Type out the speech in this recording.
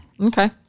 okay